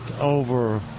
over